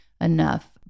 enough